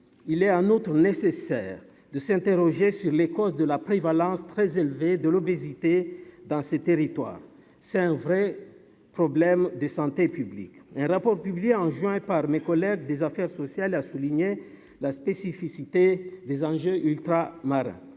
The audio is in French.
il est un autre nécessaire de s'interroger sur les causes de la prévalence très élevé de l'obésité dans ces territoires, c'est un vrai problème de santé publique, un rapport publié en juin par mes collègues des Affaires sociales a souligné la spécificité des enjeux ultra- marins,